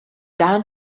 down